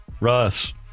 Russ